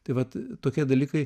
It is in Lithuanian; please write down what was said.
tai vat tokie dalykai